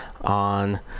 on